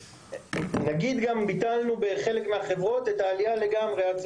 ונגיד שגם נצליח אצל חלק מהחברות לבטל לגמרי את העלייה